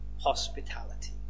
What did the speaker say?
hospitality